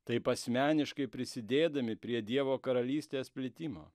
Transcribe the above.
taip asmeniškai prisidėdami prie dievo karalystės plitimo